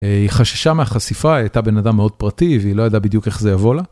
היא חששה מהחשיפה, היא הייתה בן אדם מאוד פרטי והיא לא ידעה בדיוק איך זה יבוא לה.